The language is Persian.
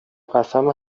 قسم